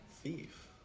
Thief